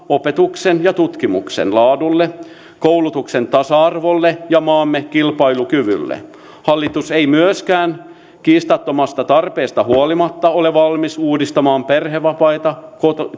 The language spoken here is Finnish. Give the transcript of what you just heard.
opetuksen ja tutkimuksen laadulle koulutuksen tasa arvolle ja maamme kilpailukyvylle hallitus ei myöskään kiistattomasta tarpeesta huolimatta ole valmis uudistamaan perhevapaita